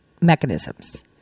mechanisms